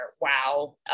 wow